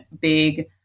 big